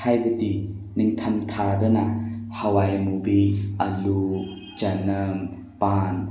ꯍꯥꯏꯕꯗꯤ ꯅꯤꯡꯊꯝ ꯊꯥꯗꯅ ꯍꯋꯥꯏꯃꯨꯕꯤ ꯑꯜꯂꯨ ꯆꯅꯝ ꯄꯥꯟ